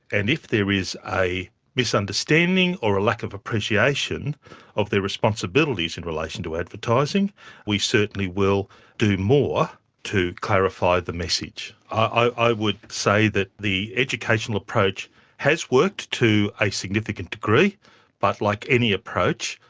and if there is a misunderstanding or a lack of appreciation of their responsibilities in relation to advertising we certainly will do more to clarify the message. i would say that the educational approach has worked to a significant degree but, like any approach,